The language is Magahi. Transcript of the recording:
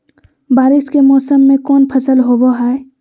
बारिस के मौसम में कौन फसल होबो हाय?